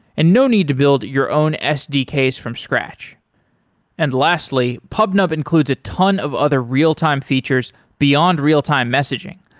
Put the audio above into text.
and no need to build your own sdks from scratch and lastly, pubnub includes a ton of other real-time features beyond real-time messaging,